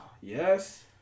Yes